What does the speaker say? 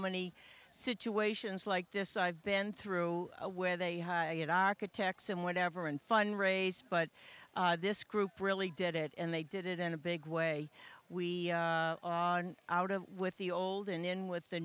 many situations like this i've been through where they get architects and whatever and fund raise but this group really did it and they did it in a big way we out of with the old and in with the